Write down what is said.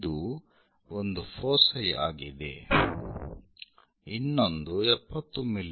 ಇದು ಒಂದು ಫೋಸೈ ಆಗಿದೆ ಇನ್ನೊಂದು 70 ಮಿ